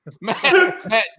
Matt